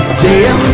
jail